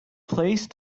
placed